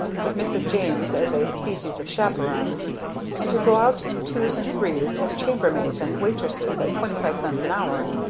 with mrs. james as a species of chaperone and to go out in twos and threes as chambermaids and waitresses at twenty five cents an hour.